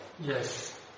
yes